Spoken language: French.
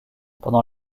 pendant